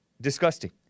Disgusting